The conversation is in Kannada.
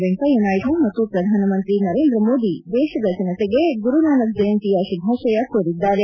ವೆಂಕಯ್ಯ ನಾಯ್ಡುಮತ್ತು ಪ್ರಧಾನಮಂತ್ರಿ ನರೇಂದ್ರ ಮೋದಿ ದೇಶದಜನತೆಗೆ ಗುರು ನಾನಕ್ ಜಯಂತಿಯ ಶುಭಾಶಯ ಕೋರಿದ್ದಾರೆ